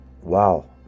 Wow